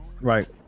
Right